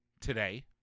today